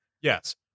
Yes